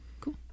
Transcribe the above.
cool